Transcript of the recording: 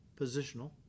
positional